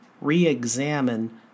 re-examine